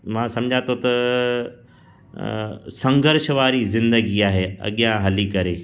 मां सम्झा थो त संघर्श वारी ज़िंदगी आहे अॻियां हली करे